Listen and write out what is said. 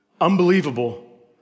unbelievable